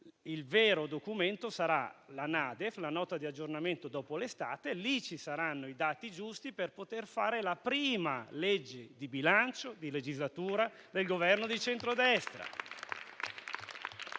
il vero documento sarà la NADEF, la Nota di aggiornamento al DEF dopo l'estate, e lì ci saranno i dati giusti per poter fare la prima legge di bilancio di legislatura del Governo di centrodestra.